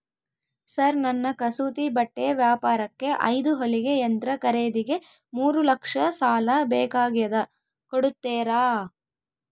Sir ನನ್ನ ಕಸೂತಿ ಬಟ್ಟೆ ವ್ಯಾಪಾರಕ್ಕೆ ಐದು ಹೊಲಿಗೆ ಯಂತ್ರ ಖರೇದಿಗೆ ಮೂರು ಲಕ್ಷ ಸಾಲ ಬೇಕಾಗ್ಯದ ಕೊಡುತ್ತೇರಾ?